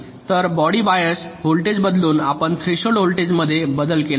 तर body bias voltage बदलून आपण थ्रेशोल्ड व्होल्टेजमध्ये बदल केला आहे